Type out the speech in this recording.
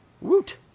Woot